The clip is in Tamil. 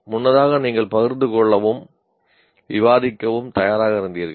முன்னதாக நீங்கள் பகிர்ந்து கொள்ளவும் விவாதிக்கவும் தயாராக இருந்தீர்கள்